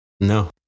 No